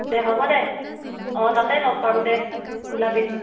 দে হ'ব দে অঁ তাতেই লগ পাম দে ওলাবি